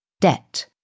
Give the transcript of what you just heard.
debt